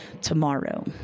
tomorrow